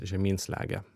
žemyn slegia